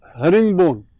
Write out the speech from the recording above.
herringbone